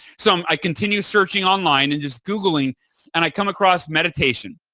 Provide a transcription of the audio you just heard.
so, i continue searching online and just googling and i come across meditation.